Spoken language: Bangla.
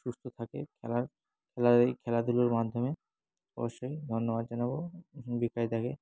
সুস্থ থাকে খেলার খেলার এই খেলাধুলোর মাধ্যমে অবশ্যই ধন্যবাদ জানাবো বিকাশদাকে